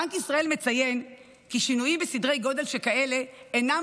בנק ישראל מציין כי שינויים בסדרי גודל שכאלה אינם